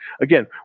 Again